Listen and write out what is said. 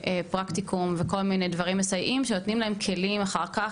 פרקטיקום וכל מיני דברים מסייעים שנותנים להם כלים אחר כך,